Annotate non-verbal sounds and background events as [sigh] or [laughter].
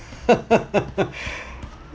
[laughs]